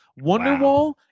Wonderwall